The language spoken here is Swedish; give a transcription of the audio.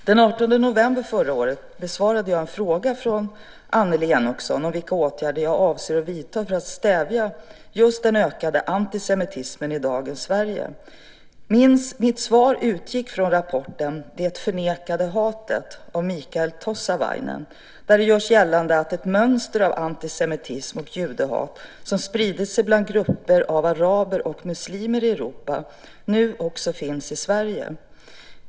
Den 18 november 2003 besvarade jag en fråga från Annelie Enochson om vilka åtgärder jag avser att vidta för att stävja den ökade antisemitismen i dagens Sverige. Mitt svar utgick från rapporten Det förnekade hatet av Mikael Tossavainen, där det görs gällande att ett mönster av antisemitism och judehat, som spritt sig bland grupper av araber och muslimer i Europa, nu också finns i Sverige.